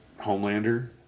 Homelander